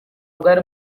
bwari